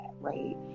right